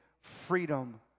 freedom